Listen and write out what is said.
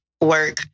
work